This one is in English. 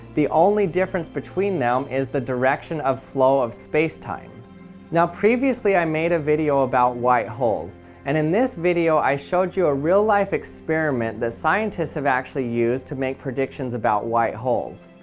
the only difference between them is the direction of flow of space-time previously i made a video about white holes and in this video, i show you a real-life experiment that scientists have actually used to make predictions about white holes.